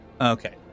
Okay